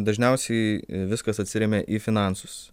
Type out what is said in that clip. dažniausiai viskas atsiremia į finansus